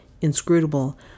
inscrutable